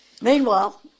Meanwhile